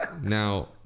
now